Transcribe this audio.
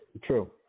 True